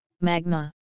Magma